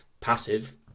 passive